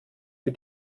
für